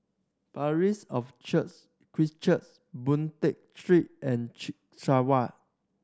Parish of Christ Church Boon Tat Street and Chek